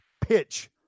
pitch